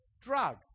drug